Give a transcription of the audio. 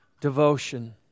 devotion